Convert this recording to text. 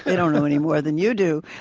they don't know any more than you do,